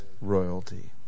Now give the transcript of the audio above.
royalty